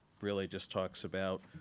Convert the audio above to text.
really just talks about